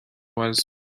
was